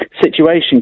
situation